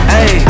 Hey